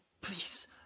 Please